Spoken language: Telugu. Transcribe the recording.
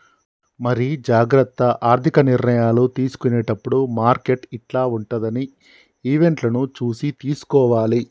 మరి జాగ్రత్త ఆర్థిక నిర్ణయాలు తీసుకునేటప్పుడు మార్కెట్ యిట్ల ఉంటదని ఈవెంట్లను చూసి తీసుకోవాలి